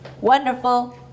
wonderful